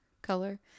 color